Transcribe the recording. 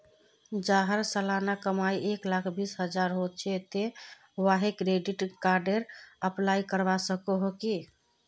जहार सालाना कमाई एक लाख बीस हजार होचे ते वाहें क्रेडिट कार्डेर अप्लाई करवा सकोहो होबे?